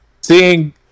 seeing